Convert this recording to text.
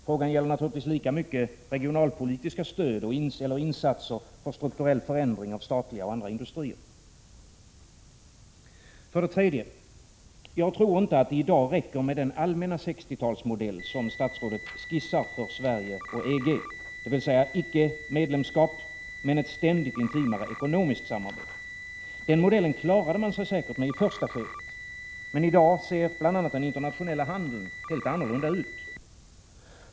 Frågan gäller naturligtvis lika mycket regionalpolitiska stöd eller insatser för strukturell förändring av statliga industrier och andra industrier. För det tredje: Jag tror inte att det i dag räcker med den allmänna 60-talsmodell som statsrådet skissar för Sverige och EG, dvs. icke medlemskap men ett ständigt intimare ekonomiskt samarbete. Den modellen klarade man sig säkert med i första skedet. Men i dag ser bl.a. den internationella handeln helt annorlunda ut.